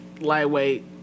lightweight